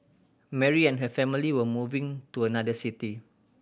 Mary and her family were moving to another city